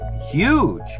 huge